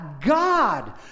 God